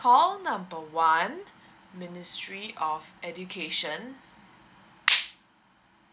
call number one ministry of education